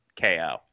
KO